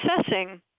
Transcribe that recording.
assessing